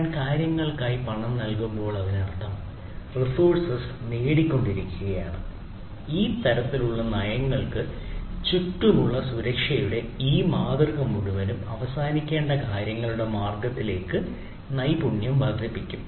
ഞാൻ കാര്യങ്ങൾക്കായി പണം നൽകുമ്പോൾ അതിനർത്ഥം റിസോഴ്സ്സ് നേടിക്കൊണ്ടിരിക്കുകയാണ് ഈ തരത്തിലുള്ള നയങ്ങൾക്ക് ചുറ്റുമുള്ള സുരക്ഷയുടെ ഈ മാതൃക മുഴുവനും അവസാനിക്കേണ്ട കാര്യങ്ങളുടെ മാർഗ്ഗത്തിലേക്ക് നൈപുണ്യം വർദ്ധിപ്പിക്കും